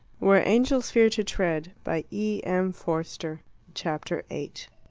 where angels fear to tread by e. m. forster chapter eight